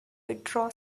withdraw